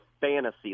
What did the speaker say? fantasy